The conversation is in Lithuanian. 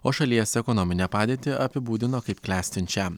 o šalies ekonominę padėtį apibūdino kaip klestinčią